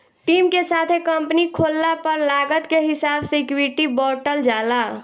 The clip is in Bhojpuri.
टीम के साथे कंपनी खोलला पर लागत के हिसाब से इक्विटी बॉटल जाला